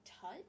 touch